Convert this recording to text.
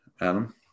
Adam